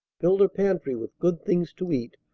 filled her pantry with good things to eat,